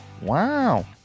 Wow